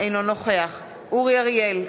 אינו נוכח אורי אריאל,